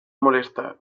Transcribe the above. molesta